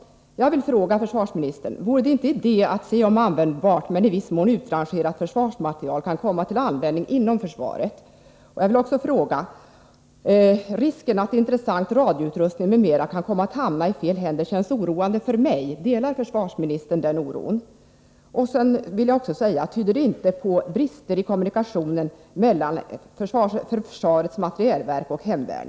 Risken att intressant radioutrustning m.m. kan komma att hamna i fel händer känns oroande för mig — delar försvarsministern den oron?